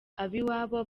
ab’iwabo